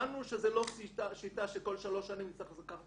הבנו שזה לא שיטה שכל שלוש שנים נצטרך לקחת